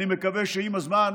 אני מקווה שעם הזמן